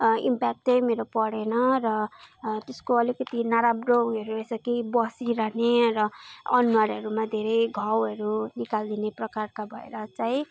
impact त्यही मेरो परेन र त्यसको अलिकति नराम्रो ऊ योहरू रहेछ कि बसिरहने र अनुहारहरूमा धेरै घाउहरू निकालिदिने प्रकारका भएर चाहिँ